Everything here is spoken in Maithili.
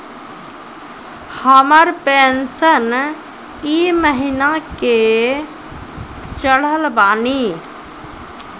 हमर पेंशन ई महीने के चढ़लऽ बानी?